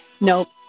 Nope